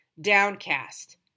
Downcast